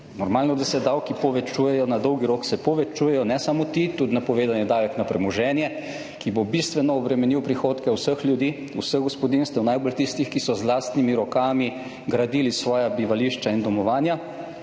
Normalno, da se davki povečujejo, na dolgi rok se povečujejo, ne samo ti, tudi napovedani davek na premoženje, ki bo bistveno obremenil prihodke vseh ljudi, vseh gospodinjstev, najbolj tistih, ki so z lastnimi rokami gradili svoja bivališča in domovanja.